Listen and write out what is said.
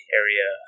area